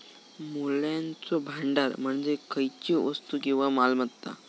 मूल्याचो भांडार म्हणजे खयचीव वस्तू किंवा मालमत्ता